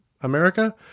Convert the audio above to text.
America